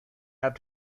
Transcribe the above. have